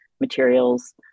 materials